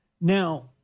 Now